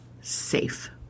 safe